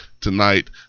tonight